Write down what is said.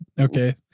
okay